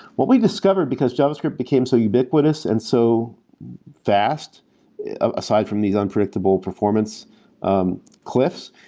what we discovered, because javascript became so ubiquitous and so fast aside from these unpredictable performance um cliffs,